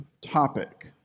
topic